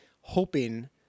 hoping